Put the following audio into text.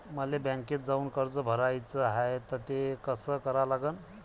मले बँकेत जाऊन कर्ज भराच हाय त ते कस करा लागन?